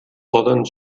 poden